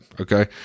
okay